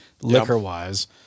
liquor-wise